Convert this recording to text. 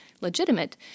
legitimate